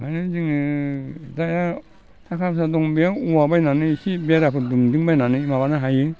ओंखायनो जोङो दा थाखा फैसा दं बेयाव औवा बायनानै इसे बेराफोर दुमदिंबायनानै माबानो हायो